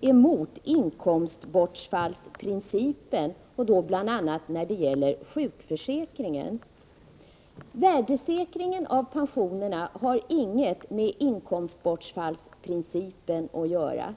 är emot inkomstbortfallsprincipen, bl.a. när det gäller sjukförsäkringar. Värdesäkringen av pensionerna har ingenting med inkomstbortfallsprincipen att göra.